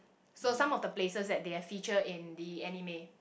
so some of the places that they have feature in the anime